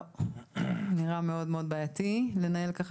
לא זה נראה מאוד מאוד בעייתי לנהל ככה